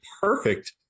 perfect